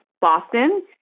Boston